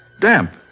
Damp